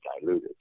diluted